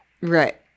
right